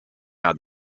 how